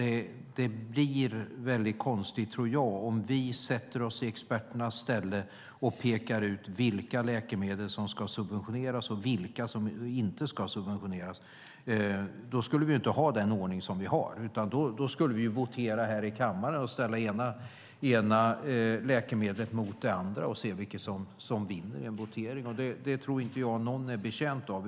Det blir väldigt konstigt, tror jag, om vi sätter oss i experternas ställe och pekar ut vilka läkemedel som ska subventioneras och vilka som inte ska subventioneras. Då skulle vi ju inte ha den ordning vi har, utan då skulle vi votera här i kammaren och ställa det ena läkemedlet mot det andra för att se vilket som vinner en votering. Det tror jag inte att någon är betjänt av.